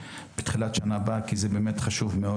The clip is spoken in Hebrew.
בתחילת השנה הבאה כי זה באמת חשוב מאוד.